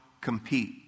compete